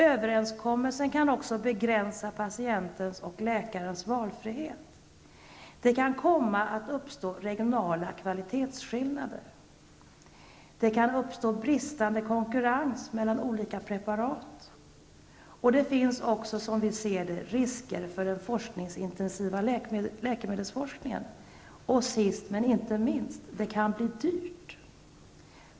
Överenskommelsen kan begränsa patientens och läkarens valfrihet. -- Det kan komma att uppstå regionala kvalitetsskillnader. -- Det kan uppstå bristande konkurrens mellan olika preparat. -- Det finns som vi ser det risker för den forskningsintensiva läkemedelsforskningen. -- Sist men inte minst: Det kan bli dyrt.